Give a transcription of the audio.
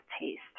taste